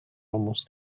almost